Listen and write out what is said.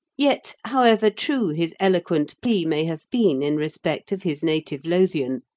yet, however true his eloquent plea may have been in respect of his native lothian,